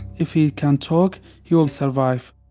if he can talk, he will survive